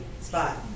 spot